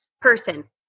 person